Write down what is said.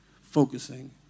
focusing